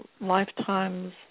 lifetimes